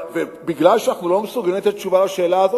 ומשום שאנחנו לא מסוגלים לתת תשובה על השאלה הזאת?